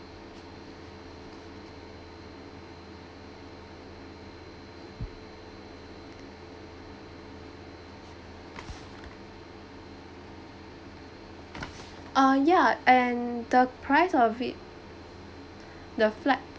uh ya and the price of it the flight